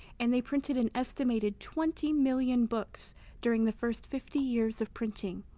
and they printed an estimated twenty million books during the first fifty years of printing.